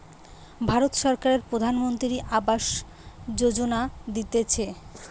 ভারত সরকারের প্রধানমন্ত্রী আবাস যোজনা দিতেছে